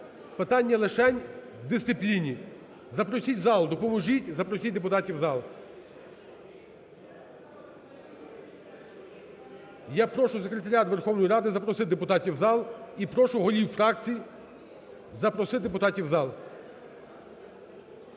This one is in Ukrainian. Питання лише в дисципліні. Запросіть в зал, допоможіть, запросіть депутатів у зал. Я прошу Секретаріат Верховної Ради запросити депутатів у зал і прошу голів фракцій запросити депутатів у зал.